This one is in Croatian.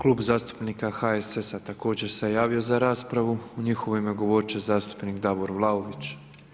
Klub zastupnika HSS-a također se javio za raspravu, u njihovo ime govorit će zastupnik Davor Vlaović.